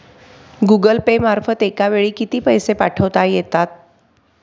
Google Pay मार्फत एका वेळी किती पैसे पाठवता येतात?